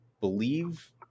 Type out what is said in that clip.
believe